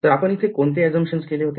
तर आपण इथे कोणते assumption केले होते